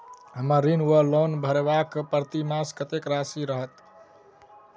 हम्मर ऋण वा लोन भरबाक प्रतिमास कत्तेक राशि रहत?